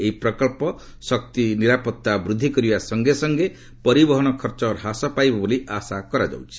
ଏହି ପ୍ରକଳ୍ପ ଶକ୍ତି ନିରାପତ୍ତା ବୃଦ୍ଧି କରିବା ସଙ୍ଗେ ସଙ୍ଗେ ପରିବହନ ଖର୍ଚ୍ଚ ହ୍ରାସ ପାଇବ ବୋଲି ଆଶା କରାଯାଉଛି